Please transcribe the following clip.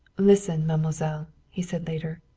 listen, mademoiselle, he said later.